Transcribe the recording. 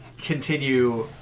continue